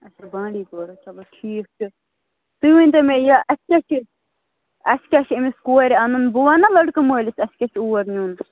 اَچھا بانڈی پورا چلو ٹھیٖک چھِ تُہۍ ؤنۍتو مےٚ یہِ اَسہِ کیٛاہ چھُ اَسہِ کیٛاہ چھُ أمِس کورِ اَنُن بہٕ وَنا لڑکہٕ مٲلِس اَسہِ کیٛاہ چھِ اور نیُن